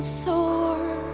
sore